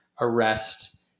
arrest